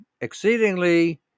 exceedingly